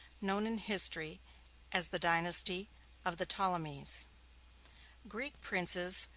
known in history as the dynasty of the ptolemies greek princes,